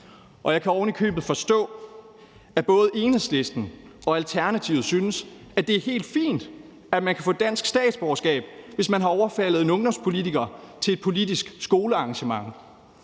Og jeg kan ovenikøbet forstå, at både Enhedslisten og Alternativet synes, at det er helt fint, at man kan få dansk statsborgerskab, hvis man har overfaldet en ungdomspolitiker til et politisk skolearrangement.